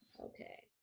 okay